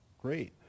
great